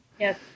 Yes